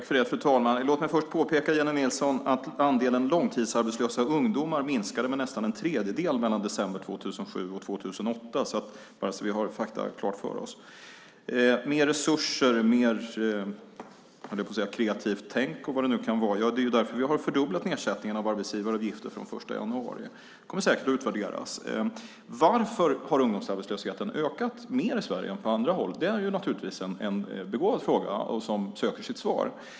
Fru talman! Låt mig först påpeka, Jennie Nilsson, att andelen långtidsarbetslösa ungdomar minskade med nästan en tredjedel mellan december 2007 och 2008 - bara så att vi har fakta klara för oss. Mer resurser, mer kreativt tänk och vad det nu kan vara: Ja, det är därför vi har fördubblat nedsättningen av arbetsgivaravgifter från den 1 januari. Det kommer säkert att utvärderas. Varför har ungdomsarbetslösheten ökat mer i Sverige än på andra håll? Det är naturligtvis en begåvad fråga som söker sitt svar.